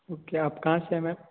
okay आप कहाँ से हैं मैम